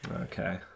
Okay